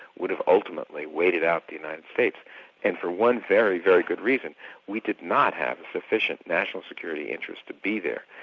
would have ultimately waited out the united states and for one very, very good reason we did not have a sufficient national security interest to be there.